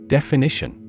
Definition